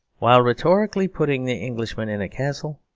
while rhetorically putting the englishman in a castle,